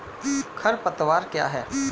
खरपतवार क्या है?